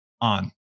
ON